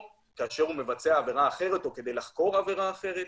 כאשר הוא מבצע עבירה אחרת או כדי לחקור עבירה אחרת.